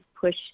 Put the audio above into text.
push